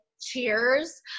cheers